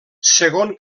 segon